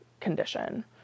condition